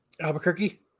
Albuquerque